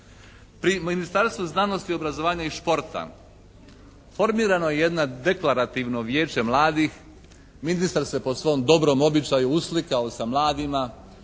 Pri Ministarstvu znanosti, obrazovanja i športa formirano je jedno deklarativno Vijeće mladih, ministar se po svom dobrom običaju uslikao sa mladima,